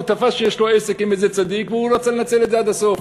הוא תפס שיש לו עסק עם איזה צדיק והוא רצה לנצל את זה עד הסוף.